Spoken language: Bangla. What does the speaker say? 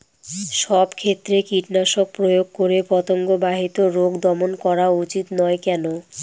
সব ক্ষেত্রে কীটনাশক প্রয়োগ করে পতঙ্গ বাহিত রোগ দমন করা উচিৎ নয় কেন?